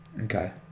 Okay